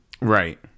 Right